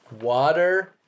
water